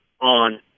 on